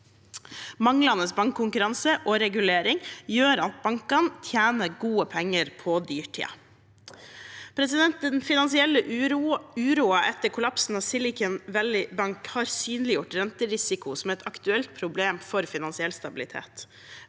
Manglende bankkonkurranse og regulering gjør at bankene tjener gode penger på dyrtiden. Den finansielle uroen etter kollapsen av Silicon Valley Bank har synliggjort renterisiko som et aktuelt problem for finansiell stabilitet.